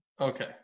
Okay